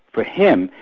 for him,